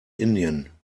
indien